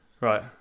right